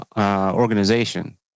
organization